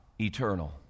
eternal